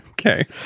okay